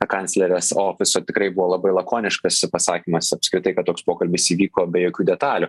kanclerės ofiso tikrai buvo labai lakoniškas pasakymas apskritai kad toks pokalbis įvyko be jokių detalių